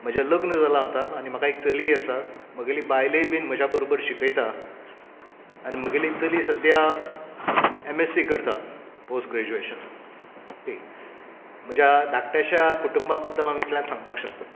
म्हजें लग्न जालां आतां आनी म्हाका एक चलीय आसा म्हगेली बायलय बीन म्हज्या बरोबर शिकयता आनी म्हगेली चली सद्द्या एम एस सी करता पोस ग्रॅज्युएशन ओके म्हज्या धाकट्याश्या कुटुंबा बद्दल हांव इतलेंच सांगपाक शकता